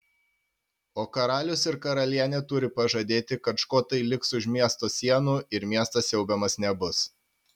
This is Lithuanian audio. o karalius ir karalienė turi pažadėti kad škotai liks už miesto sienų ir miestas siaubiamas nebus